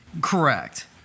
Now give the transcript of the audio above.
Correct